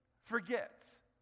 forgets